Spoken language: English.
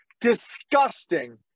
disgusting